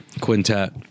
quintet